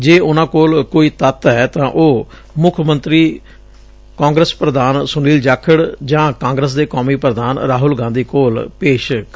ਜੇ ਉਨੁਾਂ ਕੋਲ ਕੋਈ ਤੱਤ ਐ ਤਾਂ ਉਹ ਮੁੱਖ ਮੰਤਰੀ ਕਾਂਗਰਸ ਪ੍ਰਧਾਨ ਸੁਨੀਲ ਜਾਖੜ ਜਾਂ ਕਾਂਗਰਸ ਦੇ ਕੌਮੀ ਪੁਧਾਨ ਰਾਹੁਲ ਗਾਂਧੀ ਕੋਲ ਪੇਸ਼ ਕਰਨ